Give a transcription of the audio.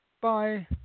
Bye